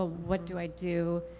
ah what do i do?